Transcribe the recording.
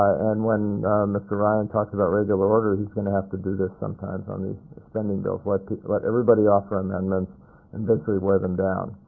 and when mr. ryan talks about regular order, he's going to have to do this sometimes on the spending bills like let everybody offer amendments and basically wear them down.